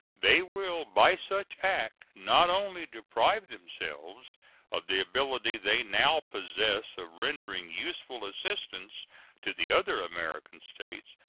they will by such act not only deprive themselves of the ability they now possess of rendering useful assistance to the other american states,